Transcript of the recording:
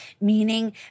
meaning